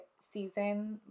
season